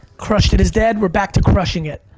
crushed it is dead, we're back to crushing it.